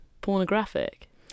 pornographic